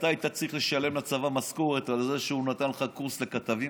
אתה היית צריך לתת לצבא משכורת על זה שהוא נתן לך קורס לכתבים.